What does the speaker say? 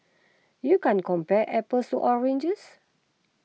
you can't compare apples oranges